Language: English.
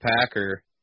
packer